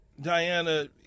Diana